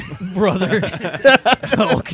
Brother